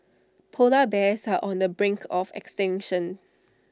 Polar Bears are on the brink of extinction